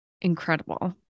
incredible